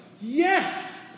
yes